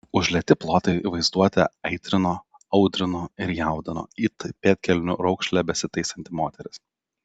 užlieti plotai vaizduotę aitrino audrino ir jaudino it pėdkelnių raukšlę besitaisanti moteris